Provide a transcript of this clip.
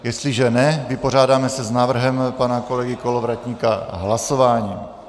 Jestliže ne, vypořádáme se s návrhem pana kolegy Kolovratníka hlasováním.